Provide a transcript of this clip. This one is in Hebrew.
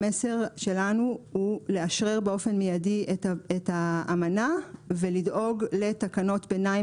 המסר שלנו הוא לאשרר באופן מיידי את האמנה ולדאוג לתקנות ביניים